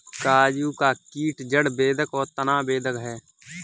काजू का कीट जड़ बेधक और तना बेधक है